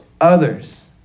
others